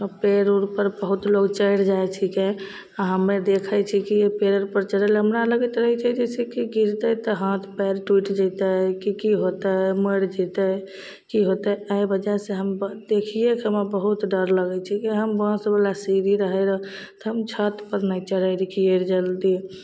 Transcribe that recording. पेड़ उड़पर बहुत लोक चढ़ि जाइ छिकै आओर हमे देखै छी कि पेड़पर चढ़ैले हमरा लागैत रहै छै जइसे कि गिरतै तऽ हाथ पाएर टुटि जएतै कि कि होतै मरि जेतै कि होतै एहि वजहसे हम ब देखिएके हमरा बहुत डर लागै छिकै कि हमर बाँसवला सीढ़ी रहै रऽ तऽ हम छतपर नहि चढ़ै रहिए कि जल्दी